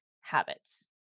habits